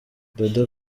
dada